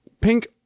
Pink